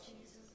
Jesus